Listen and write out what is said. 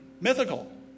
mythical